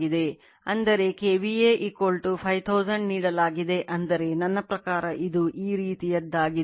ಅಂದರೆ KVA 5000 ನೀಡಲಾಗಿದೆ ಅಂದರೆ ನನ್ನ ಪ್ರಕಾರ ಇದು ಈ ರೀತಿಯದ್ದಾಗಿದೆ